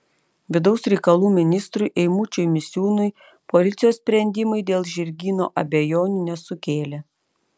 vidaus reikalų ministrui eimučiui misiūnui policijos sprendimai dėl žirgyno abejonių nesukėlė